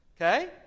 Okay